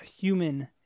human